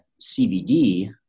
CBD